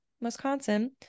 Wisconsin